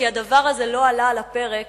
כי הדבר הזה לא עלה על הפרק